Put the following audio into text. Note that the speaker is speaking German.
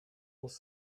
muss